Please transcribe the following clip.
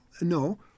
No